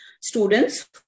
students